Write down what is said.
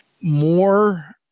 more